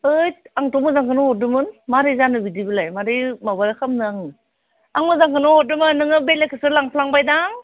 होइथ आंथ' मोजांखौनो हरदोमोन मारै जानो बिदिबालाय मारै माबा खालामनो आं आं मोजांखौनो हरदोंमोन नोङो बेलेगखौसो लांफ्लांबाय दां